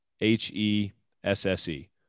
h-e-s-s-e